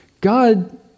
God